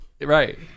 Right